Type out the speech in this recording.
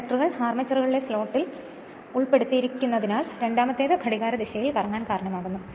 ഈ കണ്ടക്ടറുകൾ അർമേച്ചറിലെ സ്ലോട്ടുകളിൽ ഉൾപ്പെടുത്തിയിരിക്കുന്നതിനാൽ രണ്ടാമത്തേത് ഘടികാരദിശയിൽ കറങ്ങാൻ കാരണമാകുന്നു